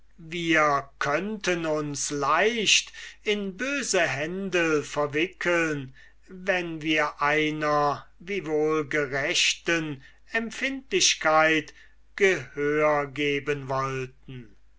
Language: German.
wir könnten uns leicht in böse händel verwickeln wenn wir einer wiewohl gerechten empfindlichkeit gehör geben wollten